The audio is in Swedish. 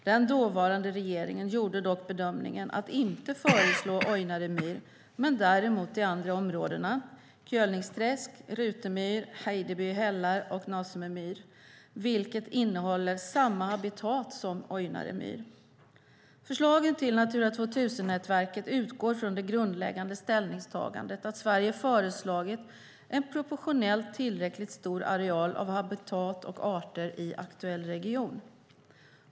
Den dåvarande regeringen gjorde dock bedömningen att inte föreslå Ojnare myr men däremot de andra områdena - Kölningsträsk, Rutemyr, Hejdeby hällar och Nasume myr - vilka innehåller samma habitat som Ojnare myr. Förslagen till Natura 2000-nätverket utgår från det grundläggande ställningstagandet att Sverige föreslagit en proportionellt tillräckligt stor areal av habitat och arter i aktuell region.